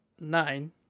nine